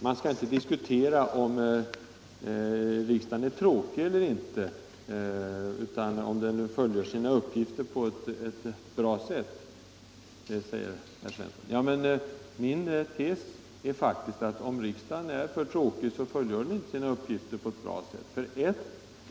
Man skall inte diskutera om riksdagen är tråkig eller inte, utan om den fullgör sina uppgifter på ett bra sätt, säger herr Svensson. Men om riksdagen är för tråkig, så fullgör den inte sina uppgifter på ett bra sätt.